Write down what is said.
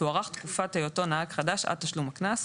תוארך תקופת היותו נהג חדש עד תשלום הקנס,